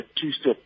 two-step